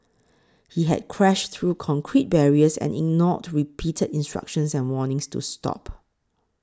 he had crashed through concrete barriers and ignored repeated instructions and warnings to stop